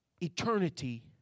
eternity